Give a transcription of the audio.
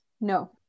No